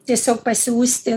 tiesiog pasiųsti